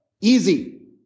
easy